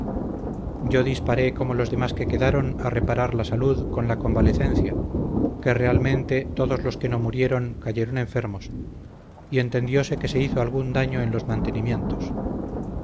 yo disparé como los demás que quedaron a reparar la salud con la convalecencia que realmente todos los que no murieron cayeron enfermos y entendiose que se hizo algún daño en los mantenimientos